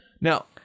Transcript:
Now